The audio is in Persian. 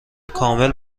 کامل